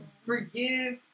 forgive